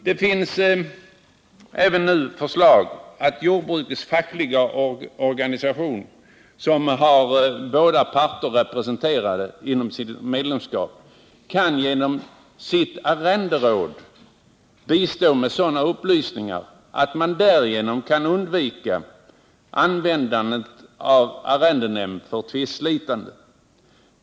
Det finns även nu förslag om att jordbrukets fackliga organisation, som har båda parter representerade i medlemskåren, kan genom sitt arrenderåd bistå med sådana upplysningar att man därigenom kan undvika användandet av arrendenämnd för tvists slitande.